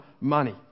money